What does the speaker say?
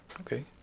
Okay